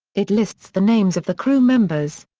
it lists the names of the crew members.